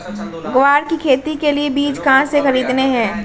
ग्वार की खेती के लिए बीज कहाँ से खरीदने हैं?